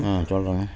ஆ சொல்றேங்க